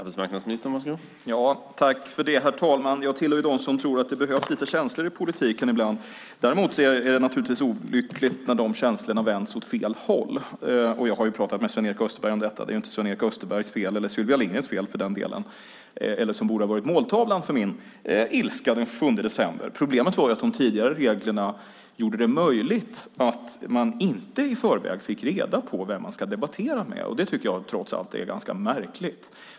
Herr talman! Jag tillhör dem som tror att det behövs lite känslor i politiken ibland. Däremot är det naturligtvis olyckligt när dessa känslor vänds åt fel håll. Jag har pratat med Sven-Erik Österberg om detta. Det är inte Sven-Erik Österbergs fel. Det är inte Sylvia Lindgrens fel heller för den delen. Hon borde inte ha varit ha varit måltavlan för min ilska den 7 december. Problemet var att de tidigare reglerna gjorde att man i förväg inte fick reda på vem man skulle debattera med. Det tycker jag trots allt är ganska märkligt.